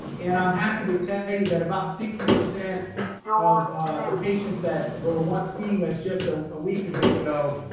and i'm happy to tell you that about sixty percent of the patients that were once seeing us just a week ago,